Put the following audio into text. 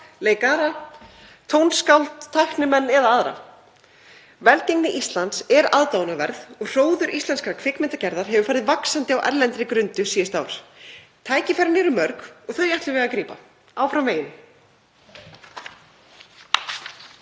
leikara, tónskáld, tæknimenn eða aðra. Velgengni Íslands er aðdáunarverð og hróður íslenskrar kvikmyndagerðar hefur farið vaxandi á erlendri grundu síðustu ár. Tækifærin eru mörg og þau ætlum við að grípa. Áfram veginn.